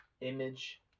Image